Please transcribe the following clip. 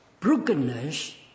Brokenness